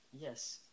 Yes